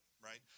right